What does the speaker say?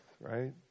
right